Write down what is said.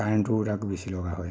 কাৰেনটোও তাকো বেছি লগা হয় হেনো